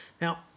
Now